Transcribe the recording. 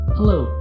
Hello